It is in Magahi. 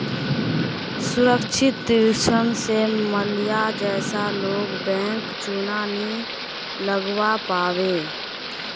सुरक्षित ऋण स माल्या जैसा लोग बैंकक चुना नी लगव्वा पाबे